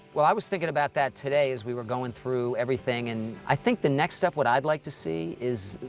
well, i was thinking about that today as we were going through everything, and i think the next step, what i'd like to see is,